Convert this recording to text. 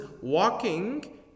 walking